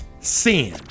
sin